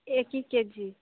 एक ही के जी